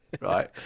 right